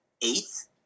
eighth